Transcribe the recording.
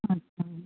अच्छा जी